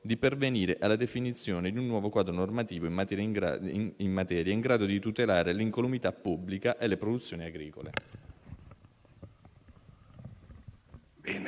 di pervenire alla definizione di un nuovo quadro normativo in materia, in grado di tutelare l'incolumità pubblica e le produzioni agricole.